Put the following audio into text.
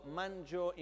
mangio